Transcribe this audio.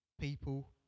People